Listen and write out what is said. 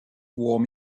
warm